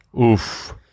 Oof